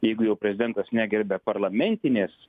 jeigu jau prezidentas negerbia parlamentinės